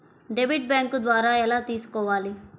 Debit bank ద్వారా ఎలా తీసుకోవాలి?